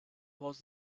was